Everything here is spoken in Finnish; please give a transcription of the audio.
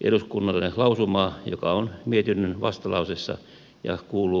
eduskunnalle lausumaa joka on mietinnön vastalauseessa ja kuuluu seuraavasti